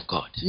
God